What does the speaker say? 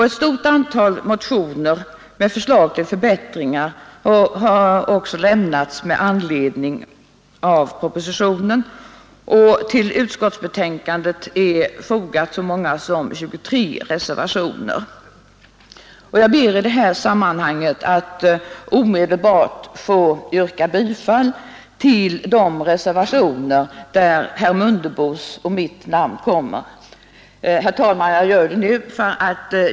Ett stort antal motioner med förslag till förbättringar har också lämnats med anledning av propositionen, och till utskottsbetänkandet har fogats inte mindre än 23 reservationer. Jag ber att i detta sammanhang få yrka bifall till de reservationer där herr Mundebos och mitt namn förekommer. Herr talman!